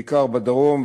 בעיקר בדרום,